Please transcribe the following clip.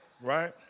Right